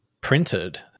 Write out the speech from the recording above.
printed